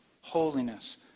holiness